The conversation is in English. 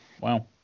Wow